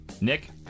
Nick